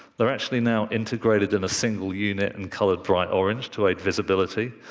they're actually now integrated in a single unit and colored bright orange to aid visibility.